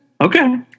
Okay